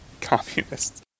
communists